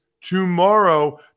tomorrow